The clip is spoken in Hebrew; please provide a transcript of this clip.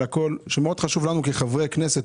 זה מאוד חשוב לנו, כחברי כנסת.